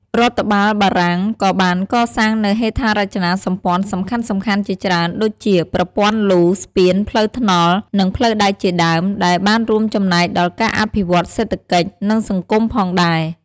រដ្ឋបាលបារាំងក៏បានកសាងនូវហេដ្ឋារចនាសម្ព័ន្ធសំខាន់ៗជាច្រើនដូចជា ប្រព័ន្ធលូ ស្ពាន ផ្លូវថ្នល់ និងផ្លូវដែកជាដើម ដែលបានរួមចំណែកដល់ការអភិវឌ្ឍន៍សេដ្ឋកិច្ច និងសង្គមផងដែរ។